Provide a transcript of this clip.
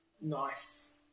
nice